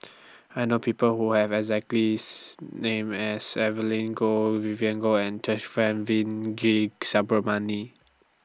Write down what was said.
I know People Who Have The exactly name as Evelyn Goh Vivien Goh and G